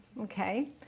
okay